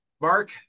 Mark